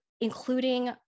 including